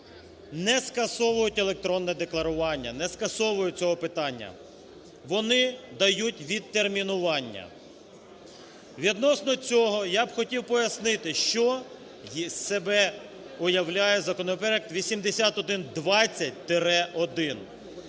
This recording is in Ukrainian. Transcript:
не скасовують електронне декларування, не скасовують цього питання, вони дають відтермінування. Відносно цього я б хотів пояснити що з себе уявляє законопроект 8120-1.